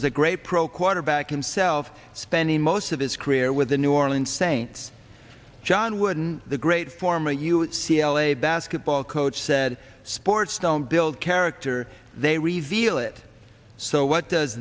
was a great pro quarterback unself spending most of his career with the new orleans saints john wooden the great form a u c l a basketball coach said sports don't build character they reveal it so what does